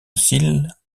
oscille